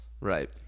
Right